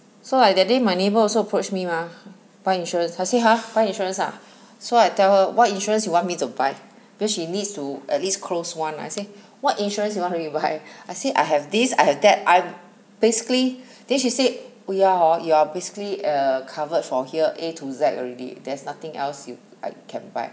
so I that day my neighbour also approached me mah bank insurance her say !huh! want insurance ah so I tell her what insurance you want me to buy because she needs to at least close one I say what insurance you want me to buy I say I have this I have that I basically then she said oh ya hor you're basically err covered from here A to Z already there's nothing else you I can buy